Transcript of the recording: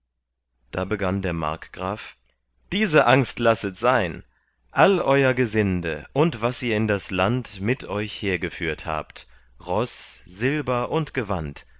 da begann der markgraf diese angst lasset sein all euer gesinde und was ihr in das land mit euch hergeführt habt roß silber und gewand